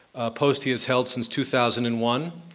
post he has held since two thousand and one,